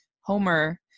Homer